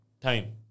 time